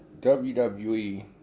WWE